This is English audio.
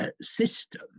System